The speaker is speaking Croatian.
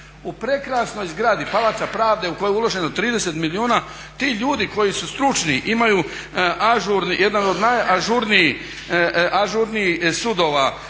u prekrasnoj zgradi Palača pravde u koju je uloženo 30 milijuna. Ti ljudi koji su stručni, imaju jedan od najažurnijih sudova